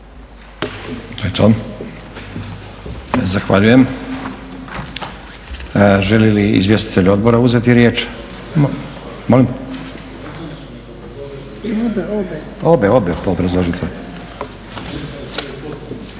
Zahvaljujem. Želi li izvjestitelj odbora uzeti riječ? Molim? …/Upadica